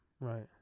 right